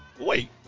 wait